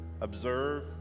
observe